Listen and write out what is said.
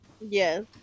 Yes